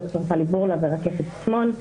ד"ר טלי בורלא ורקפת עצמון.